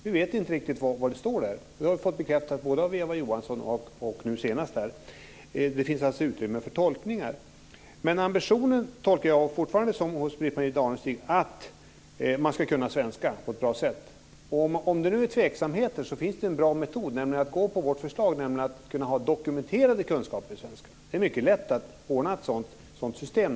Vi vet inte riktigt vad som står där. Det har vi fått bekräftat av Eva Johansson och även nu senast här. Det finns alltså utrymme för olika tolkningar. Fortfarande tolkar jag att Britt-Marie Danestigs ambition är att man ska kunna svenska på ett bra sätt. Om det råder tvekan finns det en bra metod, nämligen att gå på vårt förslag om dokumenterade kunskaper i svenska. Det är mycket lätt att ordna ett sådant system.